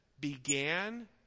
began